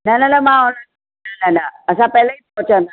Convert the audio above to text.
न न न मां न न न असां पहले ई पहुंचंदासीं